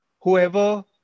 Whoever